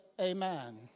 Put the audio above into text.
amen